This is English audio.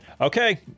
okay